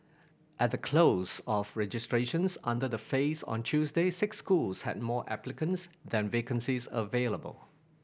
at the close of registrations under the phase on Tuesday six schools had more applicants than vacancies available